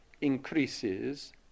increases